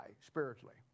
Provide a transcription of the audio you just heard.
spiritually